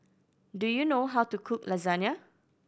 do you know how to cook Lasagne